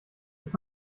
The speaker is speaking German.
ist